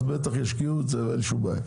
בטח ישקיעו את זה ולא תהיה שום בעיה.